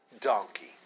donkey